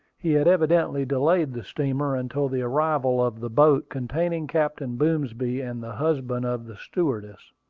he had evidently delayed the steamer until the arrival of the boat containing captain boomsby and the husband of the stewardess.